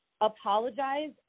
apologize